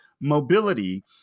mobility